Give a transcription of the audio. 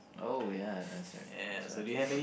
oh ya that's right that's right